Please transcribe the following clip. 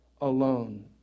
alone